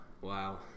Wow